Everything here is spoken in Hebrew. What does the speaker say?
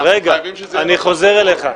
אני חוזר אליך.